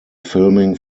filming